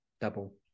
double